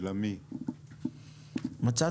בבקשה.